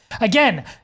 Again